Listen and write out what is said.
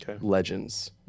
legends